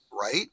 right